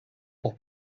pour